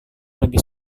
lebih